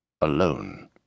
alone